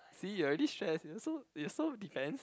see you already stress you're so you're so defence